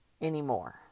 anymore